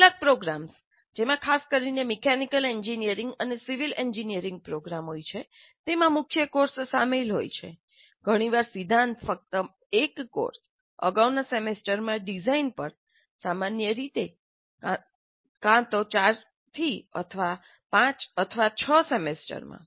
કેટલાક પ્રોગ્રામ્સ જેમાં ખાસ કરીને મિકેનિકલ એન્જિનિયરિંગ અને સિવિલ એન્જિનિયરિંગ પ્રોગ્રામ હોય છે તેમાં મુખ્ય કોર્સ શામેલ હોય છે ઘણીવાર સિદ્ધાંત ફક્ત એક કોર્સ અગાઉના સેમેસ્ટરમાં ડિઝાઇન પર સામાન્ય રીતે કાં તો 4 થી અથવા 5 માં અથવા 6 મા સેમેસ્ટરમાં